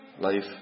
life